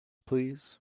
please